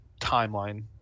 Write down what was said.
timeline